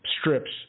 strips